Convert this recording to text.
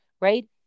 right